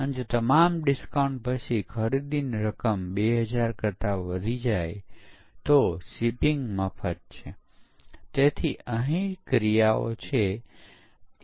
હવે જ્યારે ફરી વખત પરીક્ષણ ચલાવવું પડશે તે રિપ્લે કરશે